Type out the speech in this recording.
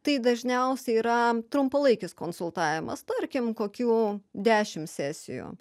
tai dažniausiai yra trumpalaikis konsultavimas tarkim kokių dešim sesijų